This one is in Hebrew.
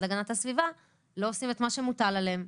להגנת הסביבה לא עושים את מה שמוטל עליהם.